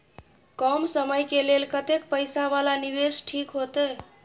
कम समय के लेल कतेक पैसा वाला निवेश ठीक होते?